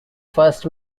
first